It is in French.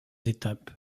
étapes